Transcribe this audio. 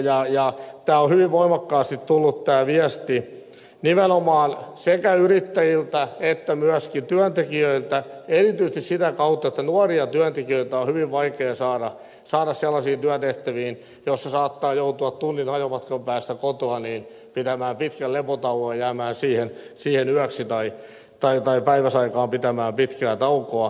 tämä viesti on tullut hyvin voimakkaasti nimenomaan sekä yrittäjiltä että myöskin työntekijöiltä erityisesti sitä kautta että nuoria työntekijöitä on hyvin vaikea saada sellaisiin työtehtäviin joissa saattaa joutua tunnin ajomatkan päässä kotoa pitämään pitkän lepotauon ja jäämään siihen yöksi tai päiväsaikaan pitämään pitkää taukoa